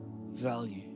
Value